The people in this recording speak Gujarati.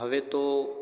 હવે તો